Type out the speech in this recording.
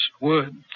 words